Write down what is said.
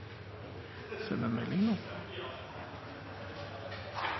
det. Nå